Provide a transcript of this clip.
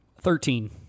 thirteen